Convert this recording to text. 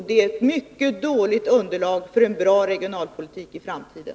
Det är ett mycket dåligt underlag för en bra regionalpolitik i framtiden.